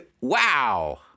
Wow